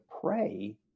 pray